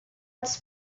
its